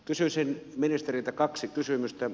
kysyisin ministeriltä kaksi kysymystä